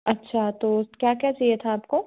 अच्छा तो क्या क्या चाहिए था आपको